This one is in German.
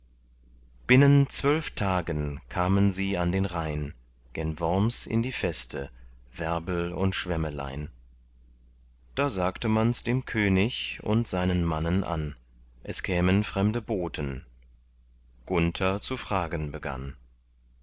binnen zwölf tagen kamen sie an den rhein gen worms in die feste werbel und schwemmelein da sagte mans dem könig und seinen mannen an es kämen fremde boten gunther zu fragen begann